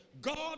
God